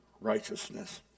righteousness